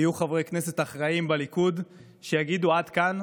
ויהיו חברי כנסת אחראים בליכוד שיגידו: עד כאן,